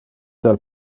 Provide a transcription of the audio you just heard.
del